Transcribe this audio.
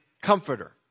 comforter